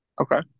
Okay